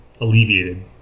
alleviated